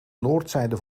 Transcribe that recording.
noordzijde